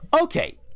Okay